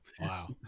Wow